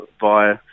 via